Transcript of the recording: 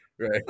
Right